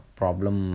problem